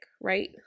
right